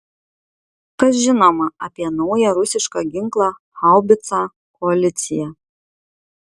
kas žinoma apie naują rusišką ginklą haubicą koalicija